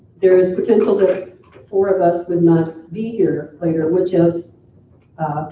there's potential that four of us would not be here later, which is